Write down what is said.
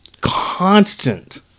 constant